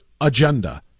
agenda